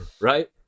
right